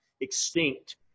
extinct